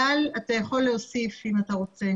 גל, אתה יכול להוסיף אם אתה רוצה.